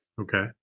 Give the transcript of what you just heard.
Okay